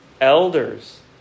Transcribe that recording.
elders